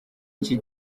iki